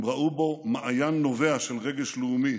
הם ראו בו מעיין נובע של רגש לאומי,